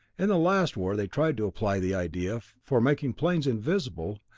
in the last war they tried to apply the idea for making airplanes invisible,